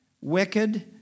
wicked